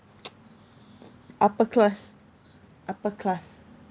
upper class upper class